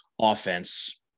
offense